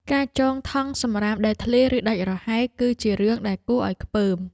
ការចងថង់សម្រាមដែលធ្លាយ ឬដាច់រហែក គឺជារឿងដែលគួរឲ្យខ្ពើម។